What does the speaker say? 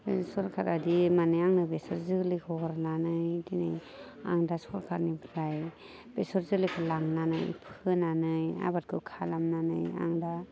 बे सरकारादि माने आंनो बेसर जोलैखौ हरनानै दिनै आं दा सरकारनिफ्राय बेसर जोलै लांनानै फोनानै आबादखौ खालामनानै आं दा